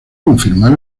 confirmar